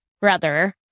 brother